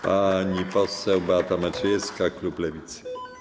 Pani poseł Beata Maciejewska, klub Lewicy.